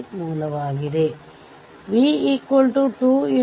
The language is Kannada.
ಆದ್ದರಿಂದ ಇದನ್ನು ತೆಗೆದುಹಾಕಬೇಕಾಗಿದೆ ಮತ್ತು ಇದನ್ನು ಷಾರ್ಟ್ ಮಾಡಬೇಕಾಗಿದೆ